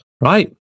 Right